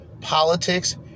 politics